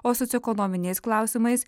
o socioekonominiais klausimais